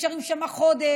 ונשארים שם חודש,